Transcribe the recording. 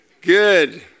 Good